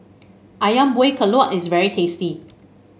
ayam Buah Keluak is very tasty